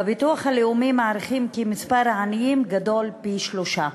בביטוח הלאומי מעריכים כי מספר העניים גדול פי-שלושה.